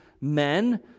men